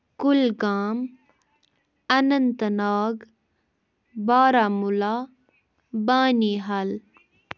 Kulgam Anantnag Baramulla بانی ہل